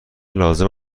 لازم